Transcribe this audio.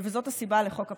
זאת הסיבה לחוק הפיקדון.